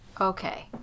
okay